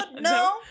No